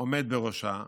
עומד בראשה.